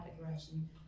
aggression